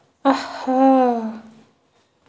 آہا